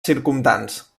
circumdants